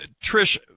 trish